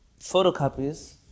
photocopies